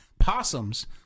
Possums